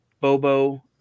Bobo